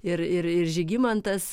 ir ir ir žygimantas